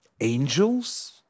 angels